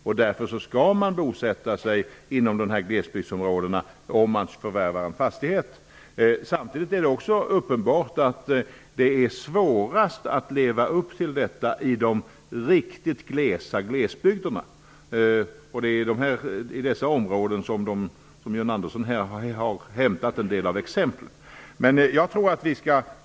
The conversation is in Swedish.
Man skall bosätta sig i dessa glesbygdsområden om man förvärvar en fastighet. Samtidigt är det uppenbart att det är svårast att leva upp till detta i de riktigt glesa glesbygderna. Det är från dessa områden som John Andersson har hämtat en del exempel.